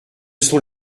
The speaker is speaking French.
sont